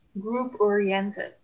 group-oriented